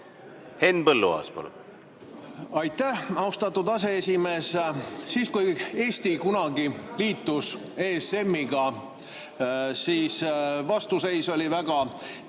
Henn Põlluaas, palun! Aitäh, austatud aseesimees! Siis kui Eesti kunagi liitus ESM-iga, oli vastuseis väga